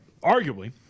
arguably